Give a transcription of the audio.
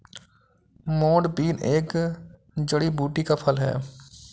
मोठ बीन एक जड़ी बूटी का फल है